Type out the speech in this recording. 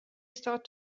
start